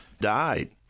died